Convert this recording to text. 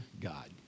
God